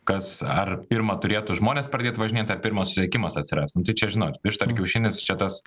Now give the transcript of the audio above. kas ar pirma turėtų žmonės pradėt važinėt ar pirma susisiekimas atsirast nu tai čia žinot višta ar kiaušinis čia tas